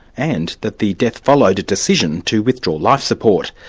and that the death followed a decision to withdraw life support?